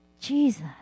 Jesus